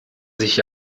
sich